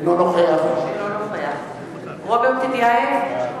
אינו נוכח רוברט טיבייב,